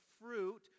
fruit